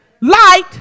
light